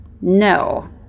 No